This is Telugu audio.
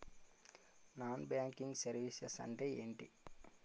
నాన్ బ్యాంకింగ్ సర్వీసెస్ అంటే ఎంటి?